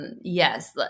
Yes